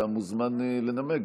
אתה מוזמן לנמק,